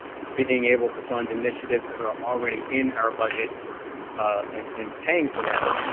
being able to fund initiatives that are already in our budget and paying for them,